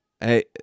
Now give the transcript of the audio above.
hey